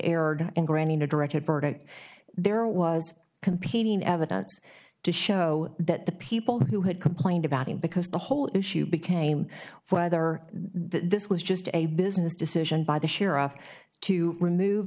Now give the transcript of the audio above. verdict there was competing evidence to show that the people who had complained about him because the whole issue became whether this was just a business decision by the sheriff to remove